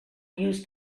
used